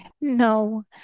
No